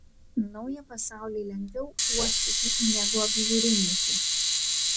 naują pasaulį lengviau uostyti negu apžiūrinėti